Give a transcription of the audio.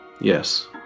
Yes